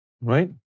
Right